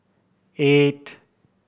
eight